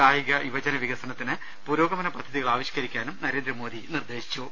കായിക യുവജന വികസനത്തിന് പുരോഗമന പദ്ധതികൾ ആവി ഷ്കരിക്കാനും നരേന്ദ്രമോദി നിർദ്ദേശിച്ചു